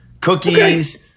cookies